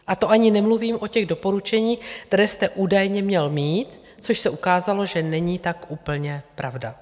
A to ani nemluvím o doporučeních, která jste údajně měl mít, což se ukázalo, že není tak úplně pravda.